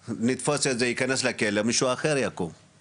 לפחות בעולם שאנחנו חיים בו ושהמדינה שלנו,